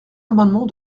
amendement